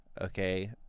okay